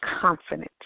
confidence